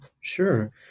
Sure